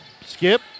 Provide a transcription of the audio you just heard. skip